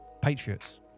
Patriots